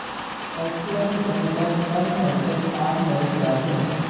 प्रत्यक्ष बैंकत कम खर्चत काम हइ जा छेक